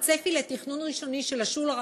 הצפי לתכנון ראשוני של השול הרחב,